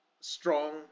strong